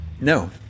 No